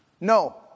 No